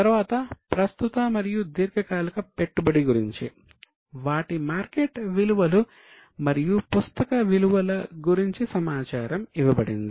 45 సంస్థ క్యాపిటల్ గురించి సమాచారం ఇవ్వబడింది